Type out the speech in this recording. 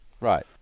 Right